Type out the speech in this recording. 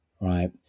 right